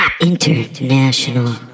International